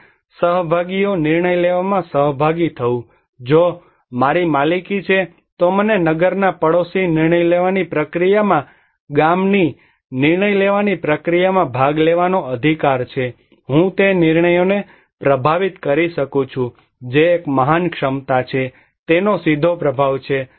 અને સહભાગીઓ નિર્ણય લેવામાં સહભાગી થવું જો મારી માલિકી છે તો મને નગરના પડોશી નિર્ણય લેવાની પ્રક્રિયામાં ગામની નિર્ણય લેવાની પ્રક્રિયામાં ભાગ લેવાનો અધિકાર છે હું તે નિર્ણયોને પ્રભાવિત કરી શકું છું જે એક મહાન ક્ષમતા છે તેનો સીધો પ્રભાવ છે